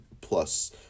plus